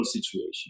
situation